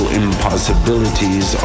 impossibilities